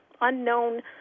unknown